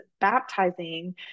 baptizing